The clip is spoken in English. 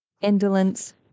indolence